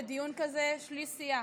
לדיון כזה שליש סיעה.